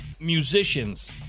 musicians